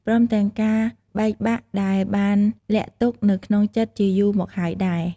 ព្រមទាំងការបែកបាក់ដែលបានលាក់ទុក្ខនៅក្នុងចិត្តជាយូរមកហើយដែរ។